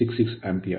866 Ampere